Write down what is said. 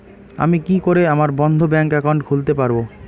আমি কি করে আমার বন্ধ ব্যাংক একাউন্ট খুলতে পারবো?